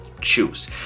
choose